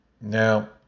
Now